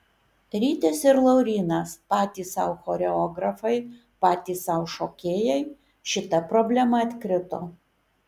rytis ir laurynas patys sau choreografai patys sau šokėjai šita problema atkrito